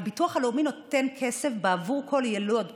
הביטוח הלאומי נותן כסף בעבור כל יילוד פג,